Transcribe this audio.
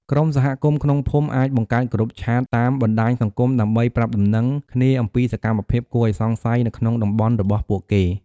ក្រុមសហគមន៍ក្នុងភូមិ អាចបង្កើតគ្រុបឆាតតាម បណ្ដាញសង្គម ដើម្បី ប្រាប់ដំណឹងគ្នា អំពី សកម្មភាពគួរឱ្យសង្ស័យ នៅក្នុង តំបន់របស់ពួកគេ។